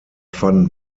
fanden